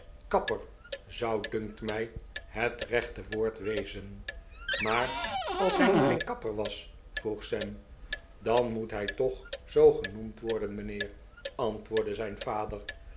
kapper zou dunkt my het rechte woord wezen maar als hy nu geen kapper was vroeg sam dan moet hy toch zoogenoemd worden mijnheer antwoordde zyn vader